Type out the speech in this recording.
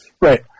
Right